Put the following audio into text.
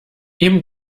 eben